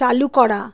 চালু করা